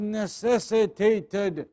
necessitated